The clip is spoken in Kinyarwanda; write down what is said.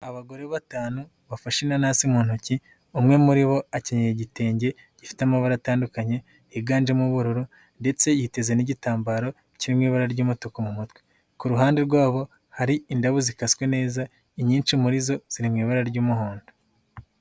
Abagore batanu bafashe inanasi mu ntoki, umwe muri bo akenyeye igitenge gifite amabara atandukanye higanjemo ubururu ndetse yiteze n'igitambaro kiri mu ibara ry'umutuku mu mutwe, ku ruhande rwabo hari indabo zikaswe neza inyinshi muri zo ziri mu ibara ry'umuhondo.